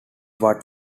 what